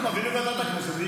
מעבירים לוועדת הכנסת,